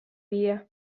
viia